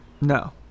No